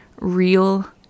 real